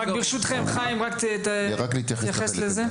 ברשותכם, חיים תתייחס לזה.